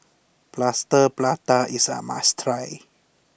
Plaster Prata is a must try